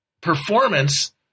performance